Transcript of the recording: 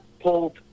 pulled